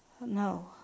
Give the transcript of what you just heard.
No